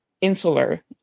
insular